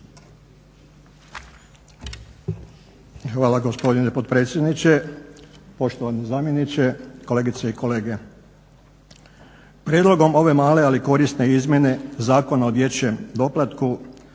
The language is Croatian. Hvala gospodine potpredsjedniče, poštovani zamjeniče, kolegice i kolege. Prijedlogom ove male ali korisne izmjene Zakona o dječjem doplatku